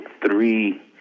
three